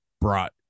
brought